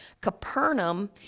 Capernaum